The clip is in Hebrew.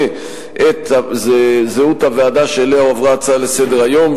את זהות הוועדה שאליה הועברה ההצעה לסדר-היום,